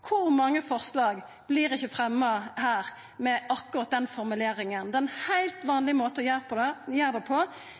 Kor mange forslag vert ikkje fremja her med akkurat den formuleringa? Det er ein heilt vanleg måte å gjera det på.